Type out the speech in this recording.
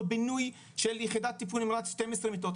בינוי של יחידת טיפול נמרץ שתיים עשרה מיטות,